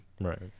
Right